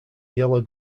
yellow